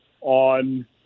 on